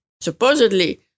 Supposedly